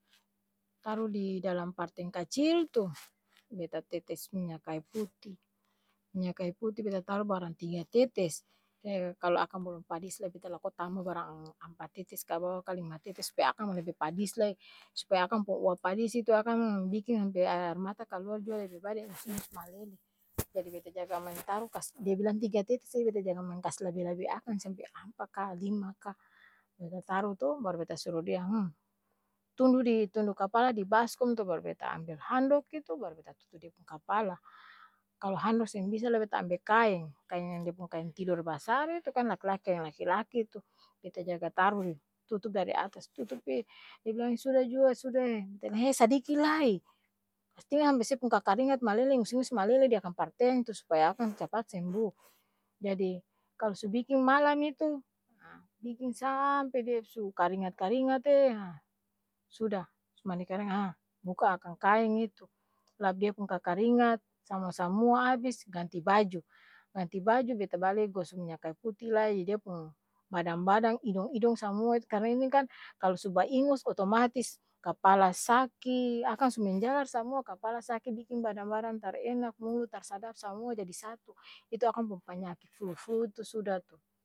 Taru di dalam parteng kacil tu beta tetes minya kayu puti, minya kayu puti beta taru barang tiga tetes! Kalo akang bolom padis lai beta loko tamba barang ang ampa tetes ka bawa ka lima tetes supaya akang lebe padis lai, supaya akang pung uap padis itu akang, biking sampe ae-aer mata kaluar jua lebe bae ingus-ingus malele jadi beta jaga kas dia bilang tiga tetes sa, beta jaga maeng kas labe-labe akang sampe ampa kaa, lima kaa, beta taro to baru beta suru di hm tundu di tundu kapala di baskom tu baru beta ambel handok itu baru beta tutu dia pung kapala, kalo handok seng bisa lae beta ambe kaeng, kaeng yang dia pung kaeng tidor basar itu kan laki-laki kaeng laki-laki itu, beta jaga taru deng, tutup dari atas tutup ee dia bilang suda jua ee, suda e beta bilang hee sadiki lai kastinggal hampe se pung ka-karingat malele, ingus-ingus malele di akang parteng tu, supaya akang capat sembuh! Jadi, kalo su biking malam itu, haa biking saaampe dia su karingat-karingat eee ha sudah, su mandi karingat, haa buka akang kaeng itu, lap dia pung ka-karingat, samua-samua abis ganti baju, ganti baju beta bale goso minya kayu puti lai di dia pung badang-badang, idong-idong samua itu, karna itu kan! Kalo su ba'ingos otomatis kapala saki, akang su menjalar samua kapala saki biking badang-badang tar enak, mulu tar sadap samua jadi satu, itu akang pung panyaki flu flu itu suda tu.